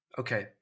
Okay